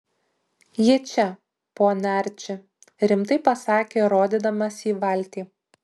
ji čia pone arči rimtai pasakė rodydamas į valtį